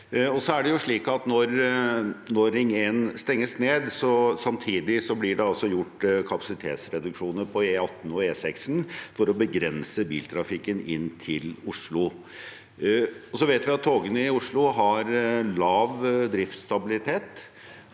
Når Ring 1 stenges ned, blir det samtidig gjort kapasitetsreduksjoner på E18 og E6 for å begrense biltrafikken inn til Oslo. Vi vet at togene i Oslo har lav driftsstabilitet,